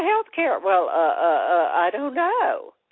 health care? well, ah, ah, ah, i don't know.